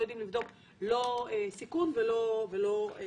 לא יודעים לבדוק סיכון ולא עמלות.